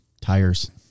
tires